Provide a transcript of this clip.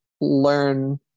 learn